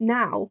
now